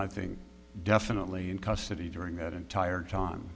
i think definitely in custody during that entire